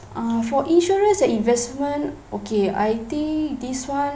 uh for insurance and investment okay I think this one